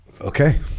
Okay